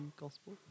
gospel